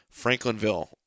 Franklinville